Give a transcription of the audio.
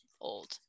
old